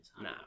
Nah